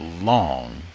long